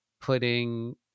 putting